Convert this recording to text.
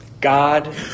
God